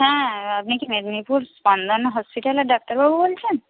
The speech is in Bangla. হ্যাঁ আপনি কি মেদিনীপুর স্পন্দন হসপিটালের ডাক্তারবাবু বলছেন